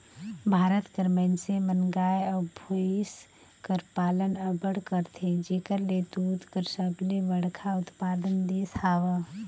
भारत कर मइनसे मन गाय अउ भंइस कर पालन अब्बड़ करथे जेकर ले दूद कर सबले बड़खा उत्पादक देस हवे